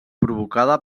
provocada